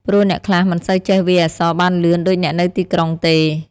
ព្រោះអ្នកខ្លះមិនសូវចេះវាយអក្សរបានលឿនដូចអ្នកនៅទីក្រុងទេ។